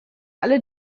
alle